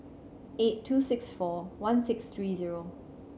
eight two six four one six three zero